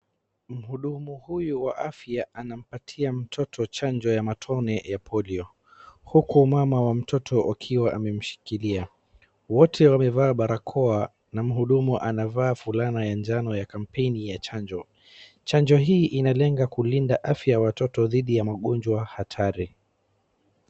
Mhudumu huyu wa afya anampatia mtoto chanjo ya matone ya Polio uku mama wa mtoto akiwa amemshikilia. Wote wamevaa barakoa na mhudumu anavaa fulana ya njano ya kampeni ya chanjo. Chanjo hii inalenga kulinda afya ya watoto dhidi ya magonjwa hatari.